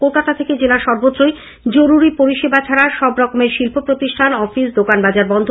কলকাতা থেকে জেলা সর্বত্রই জরুরি পরিষেবা ছাড়া সব রকমের শিল্প প্রতিষ্ঠান অফিস দোকান বাজার বন্ধ